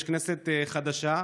יש כנסת חדשה.